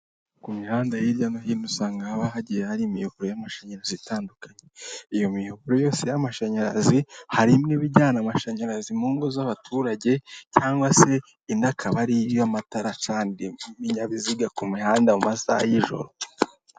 Ku mihanda hirya no hino usanga haba hagiye hari imiyoboro y'amashanyarazi itandukanye, iyo miyoboro yose y'amashanyarazi, hari imwe iba ijyana amashanyarazi mu ngo z'abaturage, cyangwa se indi ikaba ari iy'amatara icanira ibiinyabiziga ku mihanda mu masaha y'ijoro.